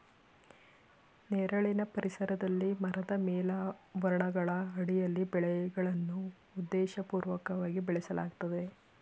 ನೆರಳಿನ ಪರಿಸರದಲ್ಲಿ ಮರದ ಮೇಲಾವರಣಗಳ ಅಡಿಯಲ್ಲಿ ಬೆಳೆಗಳನ್ನು ಉದ್ದೇಶಪೂರ್ವಕವಾಗಿ ಬೆಳೆಸಲಾಗ್ತದೆ